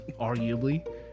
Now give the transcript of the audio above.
arguably